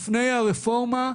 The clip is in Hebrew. לפני הרפורמה,